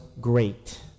great